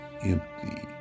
empty